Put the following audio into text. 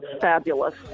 fabulous